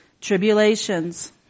Tribulations